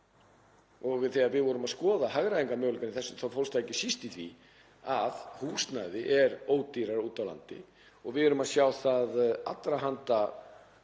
Þegar við vorum að skoða hagræðingarmöguleikana í þessu þá fólust þeir ekki síst í því að húsnæði er ódýrara úti á landi og við erum að sjá allra handa